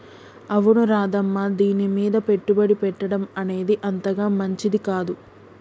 అవును రాధమ్మ దీనిమీద పెట్టుబడి పెట్టడం అనేది అంతగా మంచిది కాదు